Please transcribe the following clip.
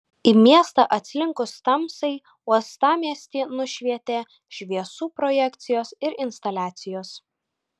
į miestą atslinkus tamsai uostamiestį nušvietė šviesų projekcijos ir instaliacijos